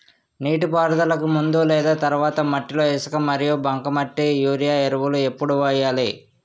నీటిపారుదలకి ముందు లేదా తర్వాత మట్టిలో ఇసుక మరియు బంకమట్టి యూరియా ఎరువులు ఎప్పుడు వేయాలి?